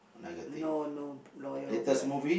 no no loyal brand